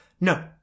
No